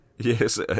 Yes